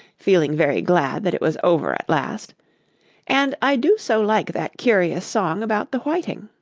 feeling very glad that it was over at last and i do so like that curious song about the whiting